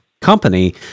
company